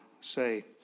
say